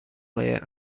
player